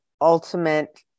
ultimate